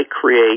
create